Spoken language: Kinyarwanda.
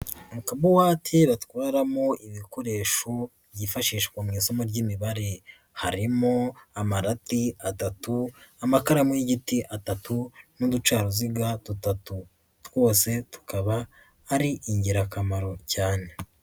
Mu kabuwate batwaramo ibikoresho byifashishwa mu isomo ry'imibare, harimo amarati atatu, amakaramu y'igiti atatu, n'uducaruziga dutatu, twose tukaba ari ingirakamaro cyane.